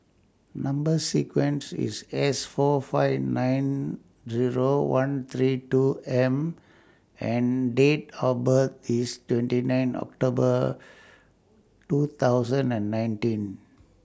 Number sequence IS S four five nine Zero one three two M and Date of birth IS twenty nine October two thousand and nineteen